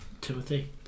Timothy